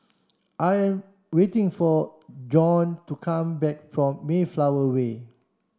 I am waiting for Bjorn to come back from Mayflower Way